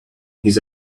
his